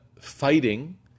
fighting